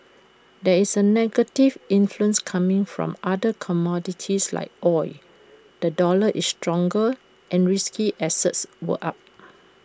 there is A negative influence coming from other commodities like oil the dollar is stronger and risky assets are up